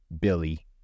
Billy